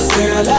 Girl